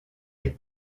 des